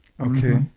Okay